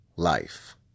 life